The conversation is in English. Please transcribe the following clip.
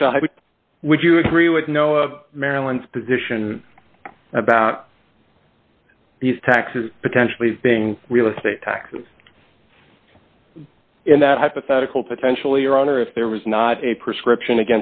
high would you agree with no of maryland's position about these taxes potentially being real estate taxes in that hypothetical potentially or owner if there was not a prescription